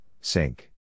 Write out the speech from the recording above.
sink